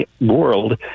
world